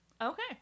Okay